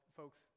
folks